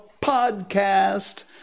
podcast